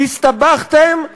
הסתבכתם וסיבכתם.